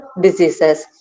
diseases